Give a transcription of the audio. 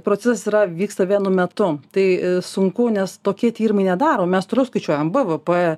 procesas yra vyksta vienu metu tai sunku nes tokie tyrimai nedaromi mes toliau skaičiuojam bvp